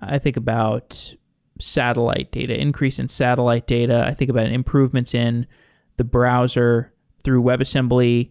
i think about satellite data, increase in satellite data, i think about improvements in the browser through webassembly,